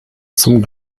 zum